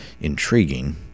intriguing